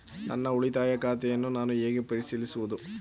ನನ್ನ ಉಳಿತಾಯ ಖಾತೆಯನ್ನು ನಾನು ಹೇಗೆ ಪರಿಶೀಲಿಸುವುದು?